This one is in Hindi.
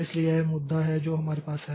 इसलिए यह पहला मुद्दा है जो हमारे पास है